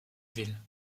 ville